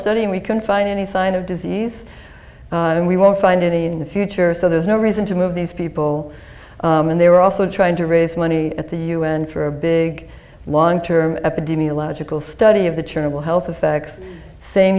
study we can find any sign of disease and we won't find any in the future so there's no reason to move these people and they were also trying to raise money at the u n for a big long term epidemiological study of the chernobyl health effects sa